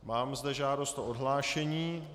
Mám zde žádost o odhlášení.